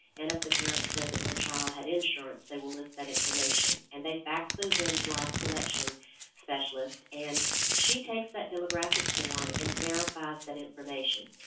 and if the parent said that the child had insurance they will list that information. and they fax those in to our collection specialist. and she takes that demographic form and verifies that information.